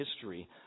history